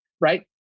right